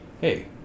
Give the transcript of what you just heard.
Hey